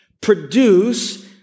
produce